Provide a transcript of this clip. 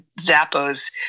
Zappos